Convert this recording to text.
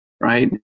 Right